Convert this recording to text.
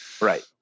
right